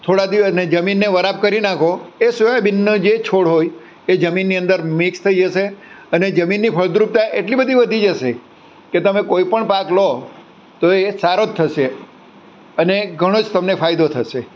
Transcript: થોડા દિવસને જમીનને વરાપ કરી નાખો એ સોયાબિનનો જે છોડ હોય એ જમીનની અંદર મિક્સ થઈ જશે અને અને જમીનની ફળદ્રુપતા એટલી બધી વધી જશે કે તમે કોઈ પણ પાક લો તો એ સારો જ થશે અને ઘણો જ તમને ફાયદો થશે